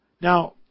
Now